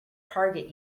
target